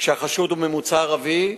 כשהחשוד הוא ממוצא ערבי,